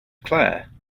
claire